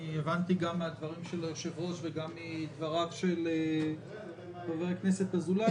הבנתי גם מהדברים של היושב-ראש וגם מדבריו של חבר הכנסת אזולאי,